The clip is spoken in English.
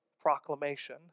proclamation